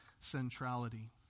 centrality